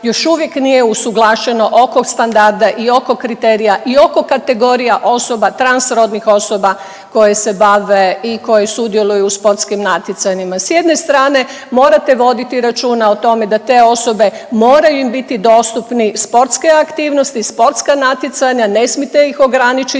još uvijek nije usuglašeno oko standarda i oko kriterija i oko kategorija osoba, transrodnih osoba koje se bave i koji sudjeluju u sportskim natjecanjima. S jedne strane morate voditi računa o tome da te osobe moraju im biti dostupni sportske aktivnosti, sportska natjecanja, ne smijete ih ograničiti